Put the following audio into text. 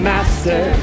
Master